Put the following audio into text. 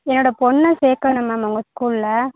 என்னோடய பொண்ணை சேர்க்கணும் மேம் உங்கள் ஸ்கூலில்